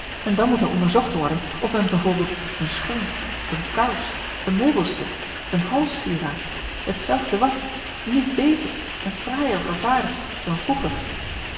en dan moet er onderzocht worden of men b v een schoen een kous een meubelstuk een halscieraad t zelfde wat nu beter en fraaier vervaardigt dan vroeger